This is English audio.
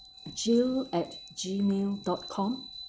jill at G mail dot com